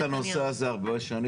אני מכיר את הנושא הזה הרבה שנים,